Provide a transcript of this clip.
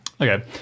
Okay